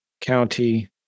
County